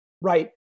right